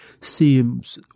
seems